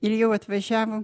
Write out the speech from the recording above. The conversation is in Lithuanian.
ir jau atvažiavo